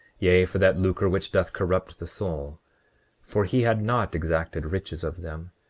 yea, for that lucre which doth corrupt the soul for he had not exacted riches of them,